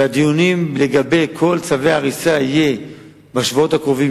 והדיונים לגבי כל צווי ההריסה יהיו בשבועות הקרובים,